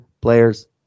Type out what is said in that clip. players